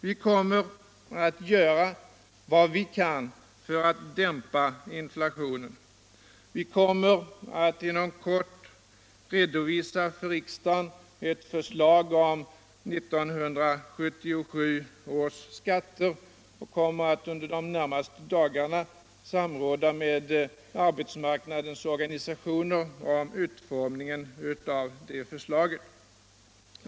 Vi kommer att göra vad vi kan för att dämpa inflationen. Vi kommer inom kort att för riksdagen redovisa ett förslzig om 1977 års skautter. Under de närmaste dagarna kommer vi att samråda med arbetsmarknadens organisationer om utformningen av det förslaget.